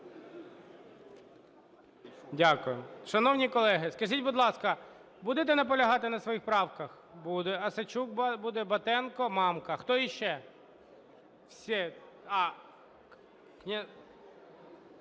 увагу. Шановні колеги, скажіть, будь ласка, будете наполягати на своїх правках? Буде. Осадчук буде, Батенко, Мамка. Хто ще?